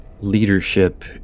leadership